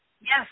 Yes